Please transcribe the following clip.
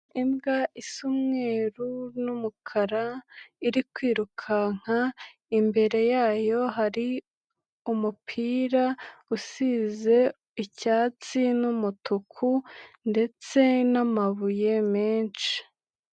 Imbwa isa umweru n'umukara iri kwirunka, imbere yayo hari umupira usize icyatsi n'umutuku ndetse n'amabuye menshi.